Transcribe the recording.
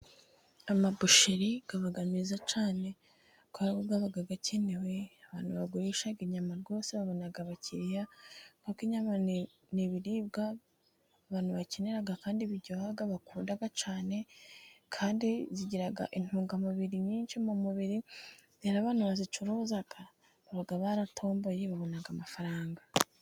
Amabusheri aba meza cyane, kubera ko aba akenewe. Abantu bagurisha inyama rwose babona abakiriya kuko inyama ni ibiribwa abantu bakenera, kandi biryoha bakunda cyane, kandi zigira intungamubiri nyinshi mu mubiri. Rero abantu bazicuruza baba baratomboye babona amafaranga.